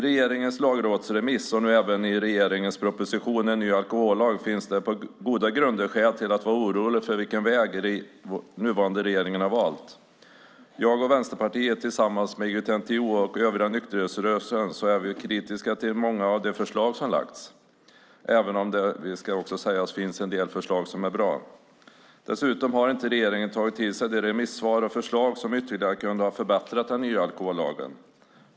Regeringens lagrådsremiss och nu även regeringens proposition En ny alkohollag ger på goda grunder skäl till oro över vilken väg regeringen har valt. Jag och Vänsterpartiet tillsammans med IOGT-NTO och övriga nykterhetsrörelsen är kritiska till många av de förslag som lagts fram, även om det också finns en del förslag som är bra. Regeringen har inte tagit till sig de remissvar och förslag som ytterligare kunde ha förbättrat den nya alkohollagen.